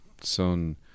son